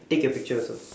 take your picture also